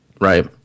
right